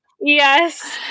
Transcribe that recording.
Yes